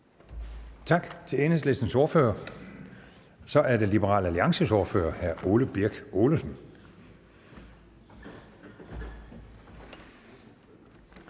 Tak til Enhedslistens ordfører. Så er det Liberal Alliances ordfører, hr. Ole Birk Olesen.